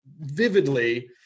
vividly